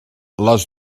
les